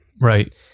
Right